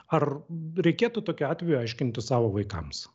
ar reikėtų tokiu atveju aiškintis savo vaikams